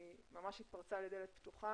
שהיא ממש התפרצה לדלת פתוחה,